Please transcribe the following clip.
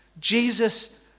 Jesus